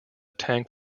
tank